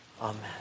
Amen